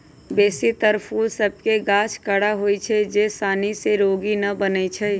बेशी तर फूल सभ के गाछ कड़ा होइ छै जे सानी से रोगी न बनै छइ